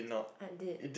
I did